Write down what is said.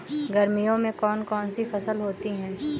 गर्मियों में कौन कौन सी फसल होती है?